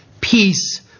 peace